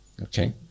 Okay